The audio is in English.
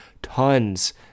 Tons